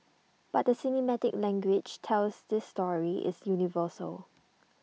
but the cinematic language tells this story is universal